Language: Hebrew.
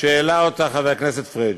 שהעלה חבר כנסת פריג'.